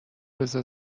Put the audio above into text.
بزار